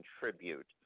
contribute